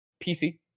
PC